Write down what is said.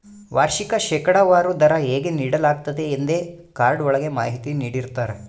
ವಾರ್ಷಿಕ ಶೇಕಡಾವಾರು ದರ ಹೇಗೆ ನೀಡಲಾಗ್ತತೆ ಎಂದೇ ಕಾರ್ಡ್ ಒಳಗ ಮಾಹಿತಿ ನೀಡಿರ್ತರ